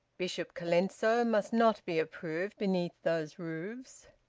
bishop colenso must not be approved beneath those roofs.